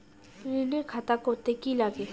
ঋণের খাতা করতে কি লাগে?